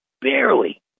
barely